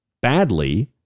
badly